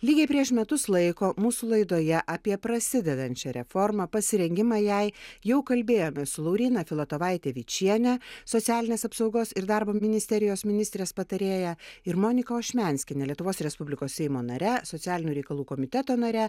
lygiai prieš metus laiko mūsų laidoje apie prasidedančią reformą pasirengimą jai jau kalbėjomės su lauryna filatovaite vičiene socialinės apsaugos ir darbo ministerijos ministrės patarėja ir monika ošmianskiene lietuvos respublikos seimo nare socialinių reikalų komiteto nare